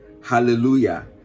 Hallelujah